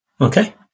Okay